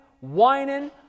whining